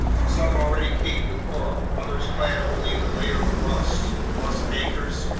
some already caked with coral, others clad only in a layer of rust, plus anchors,